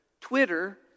Twitter